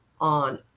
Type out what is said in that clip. on